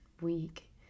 week